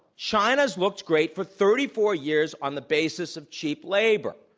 china's looked great for thirty four years on the basis of cheap labor.